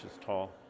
tall